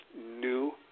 new